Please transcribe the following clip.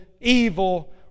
evil